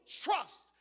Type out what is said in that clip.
trust